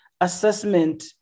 assessment